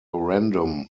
random